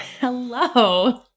Hello